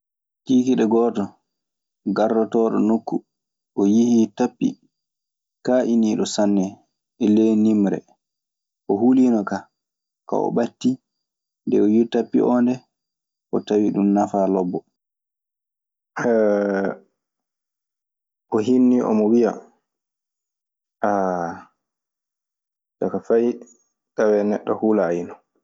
Kiikiiɗe gooto, gardooɗo nokku, o yii tappi kaayiniiɗo sanne e ley niimre. o hinni omo wiyya jaka fey tawee neɗɗo hulayno. O huliino kaa. Kaa o ɓattii. Nde o yii tappi oo ndee, o tawi ɗun nafaa lobbo.